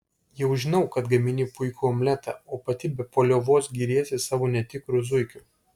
jau žinau kad gamini puikų omletą o pati be paliovos giriesi savo netikru zuikiu